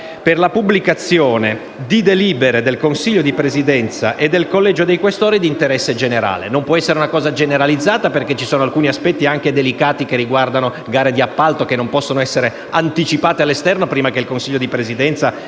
per la pubblicazione di delibere del Consiglio di Presidenza e del Collegio dei Questori di interesse generale». Non può essere una cosa generalizzata perché ci sono alcuni aspetti, anche delicati, che riguardano gare di appalto che non possono essere anticipate all'esterno prima che il Consiglio di Presidenza,